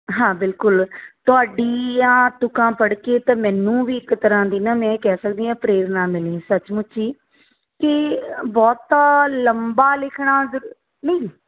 ਹਾਂ ਬਿਲਕੁਲ ਤੁਹਾਡੀਆਂ ਤੁਕਾਂ ਪੜ੍ਹ ਕੇ ਤਾਂ ਮੈਨੂੰ ਵੀ ਇੱਕ ਤਰ੍ਹਾਂ ਦੀ ਨਾ ਮੈਂ ਇਹ ਕਹਿ ਸਕਦੀ ਹਾਂ ਪ੍ਰੇਰਣਾ ਮਿਲੀ ਸਚਮੁੱਚ ਹੀ ਕਿ ਬਹੁਤਾ ਲੰਬਾ ਲਿਖਣਾ ਜ਼ ਨਹੀ